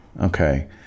Okay